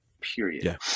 period